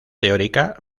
teórica